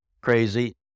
crazy